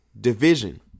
Division